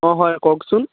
অঁ হয় কওকচোন